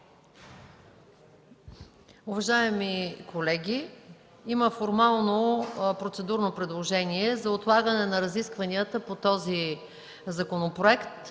Уважаеми колеги, има формално процедурно предложение за отлагане на разискванията по този законопроект